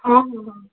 ହଁ ହଁ ହଁ